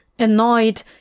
Annoyed